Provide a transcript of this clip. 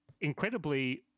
incredibly